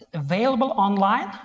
available online,